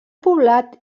poblat